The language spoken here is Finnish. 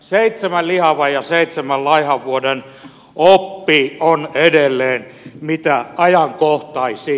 seitsemän lihavan ja seitsemän laihan vuoden oppi on edelleen mitä ajankohtaisin